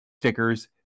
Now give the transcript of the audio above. Stickers